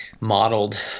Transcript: modeled